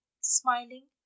smiling